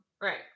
right